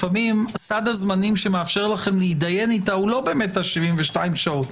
לפעמים סד הזמנים שמאפשר לכם להידיין איתה הוא לא באמת 72 שעות.